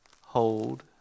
hold